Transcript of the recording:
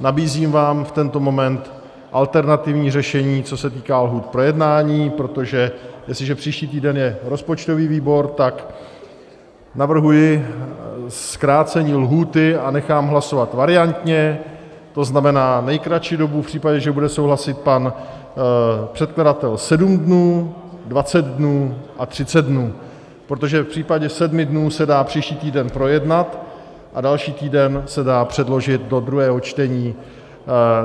Nabízím vám v tento moment alternativní řešení, co se týká lhůt k projednání, protože jestliže příští týden je rozpočtový výbor, tak navrhuji zkrácení lhůty a nechám hlasovat variantně, to znamená, nejkratší dobu, v případě, že bude souhlasit pan předkladatel, 7 dnů, 20 dnů a 30 dnů, protože v případě 7 dnů se dá příští týden projednat a další týden se dá předložit do druhého čtení